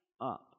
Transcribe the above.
up